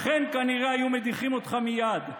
אכן כנראה היו מדיחים אותך מייד,